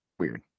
weird